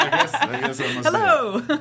Hello